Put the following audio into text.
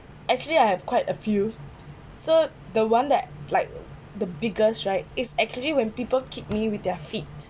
actually I have quite a few so the one that like the biggest right is actually when people kick me with their feet